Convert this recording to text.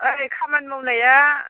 ओइ खामानि मावनाया